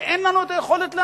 ואין לנו היכולת להגיב.